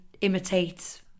imitate